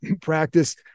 practice